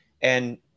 And-